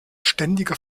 ständiger